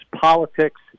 politics